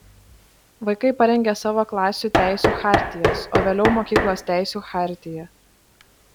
vaikai parengia savo klasių teisių chartijas o vėliau mokyklos teisių chartiją